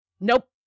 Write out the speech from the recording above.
Nope